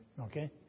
Okay